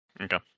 Okay